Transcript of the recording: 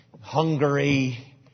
Hungary